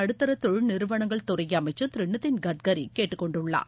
நடுத்தர தொழில் நிறுவளங்கள் துறை அமைச்சர் திரு நிதின் கட்கரி கேட்டுக்கொண்டுள்ளார்